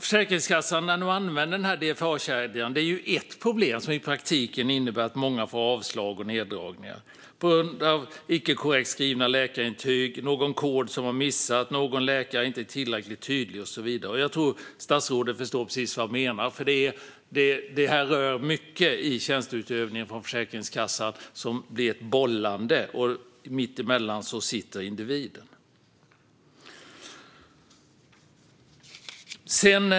Att myndigheten använder DFA-kedjan innebär i praktiken att många får avslag och neddragningar på grund av inkorrekt skrivna läkarintyg där någon kod har missats, någon läkare inte varit tillräckligt tydlig och så vidare. Jag tror att statsrådet förstår precis vad jag menar. Det är mycket i Försäkringskassans tjänsteutövning här som blir ett bollande, och mitt emellan sitter individen.